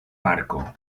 parko